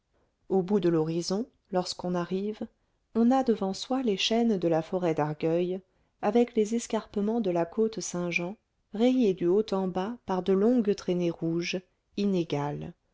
au bout de l'horizon lorsqu'on arrive on a devant soi les chênes de la forêt d'argueil avec les escarpements de la côte saintjean rayés du haut en bas par de longues traînées rouges inégales